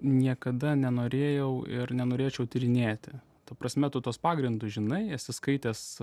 niekada nenorėjau ir nenorėčiau tyrinėti ta prasme tu tuos pagrindus žinai esi skaitęs